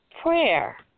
prayer